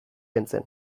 kentzen